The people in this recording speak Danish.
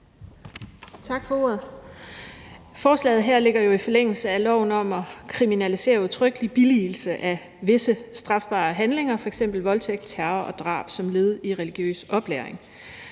Tak for ordet. Forslaget her ligger i forlængelse af loven om at kriminalisere udtrykkelig billigelse af visse strafbare handlinger, f.eks. voldtægt, terror og drab, som led i religiøs oplæring.